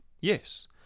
Yes